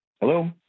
Hello